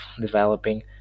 developing